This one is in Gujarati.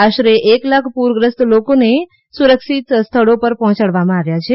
આશરે એક લાખ પૂરગ્રસ્ત લોકોને સુરક્ષિત સ્થળો પર પહોંચાડવામાં આવ્યાં છે